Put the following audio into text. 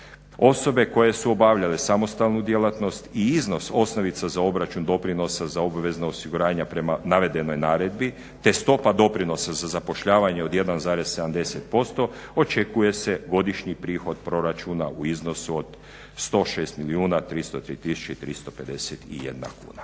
osobe koje su obavljale samostalnu djelatnost i iznos osnovica za obračun doprinosa za obvezna osiguranja prema navedenoj naredbi te stopa doprinosa za zapošljavanje od 1,70% očekuje se godišnji prihod proračuna u iznosu od 106 milijuna 303 tisuće i 351 kuna.